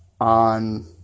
on